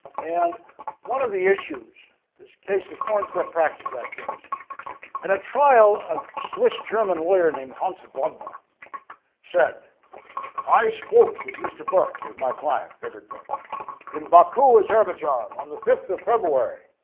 and one of the issues this case the foreign corrupt practices act case and a trial a swiss german lawyer named hunts bodmer said i spoke with mr. burke was my client frederic berg in baku azerbaijan on the fifth of february,